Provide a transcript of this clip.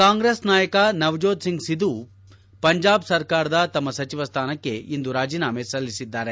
ಕಾಂಗ್ರೆಸ್ ನಾಯಕ ನವಜೋತ್ ಸಿಂಗ್ ಸಿಧು ಪಂಜಾಬ್ ಸರ್ಕಾರದ ತಮ್ಮ ಸಚಿವ ಸ್ವಾನಕ್ಕೆ ಇಂದು ರಾಜೀನಾಮೆ ಸಲ್ಲಿಸಿದ್ದಾರೆ